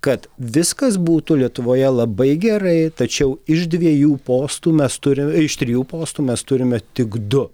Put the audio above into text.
kad viskas būtų lietuvoje labai gerai tačiau iš dviejų postų mes turi iš trijų postų mes turime tik du